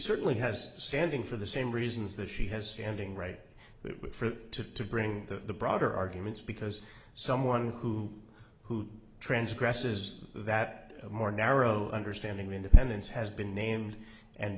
certainly has standing for the same reasons that she has standing right to to bring the broader arguments because someone who who transgress is that a more narrow understanding of independence has been named and